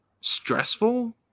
stressful